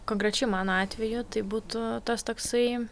konkrečiai mano atveju tai būtų tas toksai